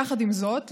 יחד עם זאת,